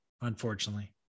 unfortunately